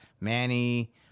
Manny